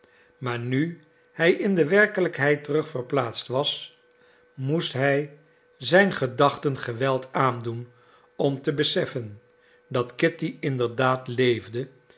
maar nu hij in de werkelijkheid terugverplaatst was moest hij zijn gedachten geweld aandoen om te beseffen dat kitty inderdaad leefde